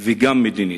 וגם מדינית.